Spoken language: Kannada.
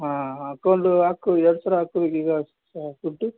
ಹಾಂ ಅಕೌಂಟ್ ಹಾಕಿ ಎರಡು ಸಾವಿರ ಹಾಕ್ತೀವಿ ಈಗ ಹಾಂ ದುಡ್ಡು